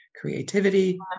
creativity